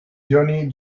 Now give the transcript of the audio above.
johnny